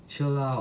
chill out